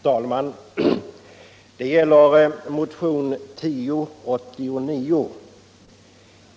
Herr talman! Det gäller motionen 1089.